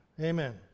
Amen